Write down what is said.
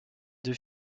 deux